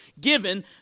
given